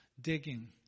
digging